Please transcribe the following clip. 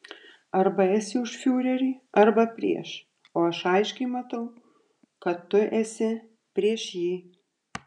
arba esi už fiurerį arba prieš o aš aiškiai matau kad tu esi prieš jį